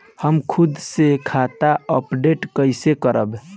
हम खुद से खाता अपडेट कइसे करब?